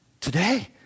today